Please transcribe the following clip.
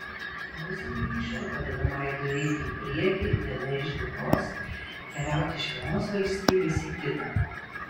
muzika iki šiol padeda maiklui eiti į priekį diena iš dienos keliauti iš vienos valstybės į kitą